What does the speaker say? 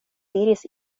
diris